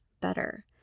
better